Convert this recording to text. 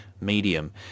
medium